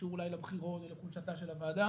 קשור אולי לבחירות ולחולשתה של הוועדה,